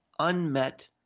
unmet